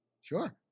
Sure